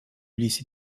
lycée